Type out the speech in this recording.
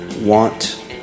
want